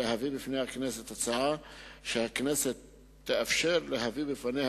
להביא בפני הכנסת הצעה שהכנסת תאפשר להביא בפניה,